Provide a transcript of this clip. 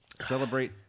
Celebrate